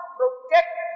protect